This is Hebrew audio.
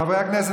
חברי הכנסת,